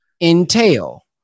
entail